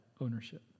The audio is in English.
ownership